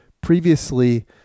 previously